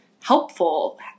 helpful